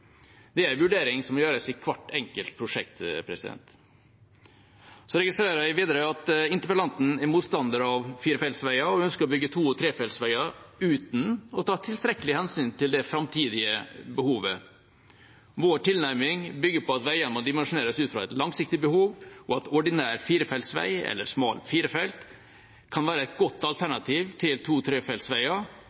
Det er en vurdering som må gjøres i hvert enkelt prosjekt. Så registrerer jeg videre at interpellanten er motstander av firefeltsveier og ønsker å bygge to- og trefeltsveier uten å ta tilstrekkelig hensyn til det framtidige behovet. Vår tilnærming bygger på at veiene må dimensjoneres ut fra et langsiktig behov, og at ordinær firefeltsvei eller smal firefeltsvei kan være et godt alternativ til